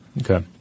Okay